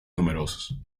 numerosos